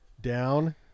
down